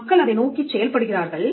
மக்கள் அதை நோக்கிச் செயல்படுகிறார்கள்